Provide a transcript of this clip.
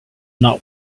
not